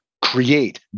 create